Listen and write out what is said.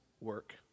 work